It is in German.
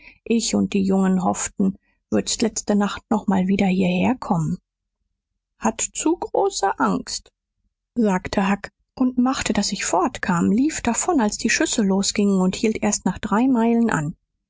ich und die jungen hofften würd'st letzte nacht nochmal wieder hierher kommen hatt zu große angst sagte huck und machte daß ich fortkam lief davon als die schüsse losgingen und hielt erst nach drei meilen an